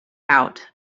out